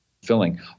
filling